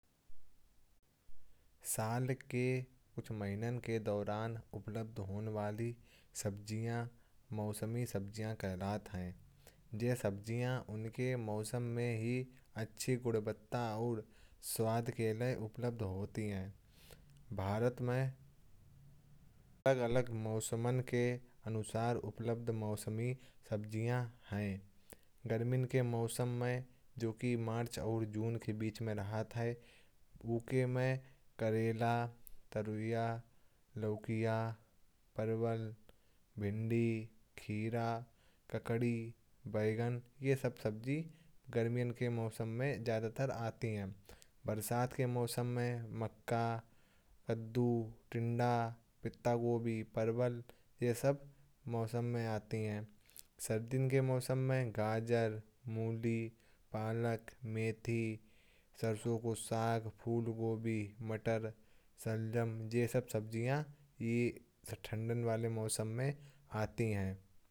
साल के कुछ महीने के दौरान उपलब्ध होने वाली सब्जियां मौसमी सब्जियां कहलाती हैं। यह सब्जियां उनके मौसम में ही अच्छी गुणवत्ता और स्वाद के लिए उपलब्ध होती हैं। भारत में अलग-अलग मौसम के अनुसार उपलब्ध मौसमी सब्जियां हैं। गर्मी के मौसम में जो कि मार्च और जून के बीच होता है। उसमें करेला, तोरी, लौकी, परवल, भिंडी, खीरा। ककड़ी, बैंगन यह सब सब्जियां आती हैं। बरसात के मौसम में मक्का, कद्दू, टिंडा, पत्तागोभी। परवल यह सब सब्जियां आती हैं। सर्दियों के मौसम में गाजर, मूली, पालक, मेथी, सरसों का साग। फूल गोभी, मटर, शलजम यह सब सब्जियां ठंडे मौसम में आती हैं।